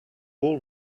all